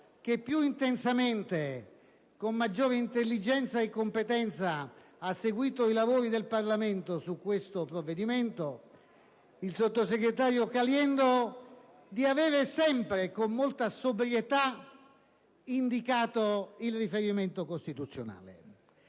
che più intensamente, con maggior intelligenza e competenza, ha seguito i lavori del Parlamento su questo provvedimento, il sottosegretario Caliendo, di aver sempre e con molta sobrietà indicato il riferimento costituzionale.